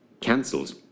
cancelled